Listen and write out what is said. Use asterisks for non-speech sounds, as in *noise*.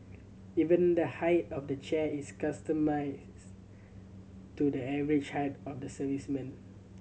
even the height of the chair is *unintelligible* to the average height of the servicemen